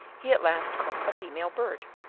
he at last caught a female bird.